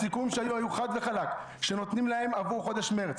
הסיכומים שהיו היו חד וחלק שנותנים להם עבור חודש מרץ.